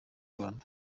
rwanda